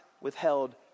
withheld